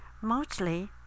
mostly